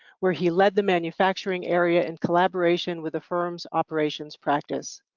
where he led the manufacturing area in collaboration with the firm's operations practice.